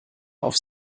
auf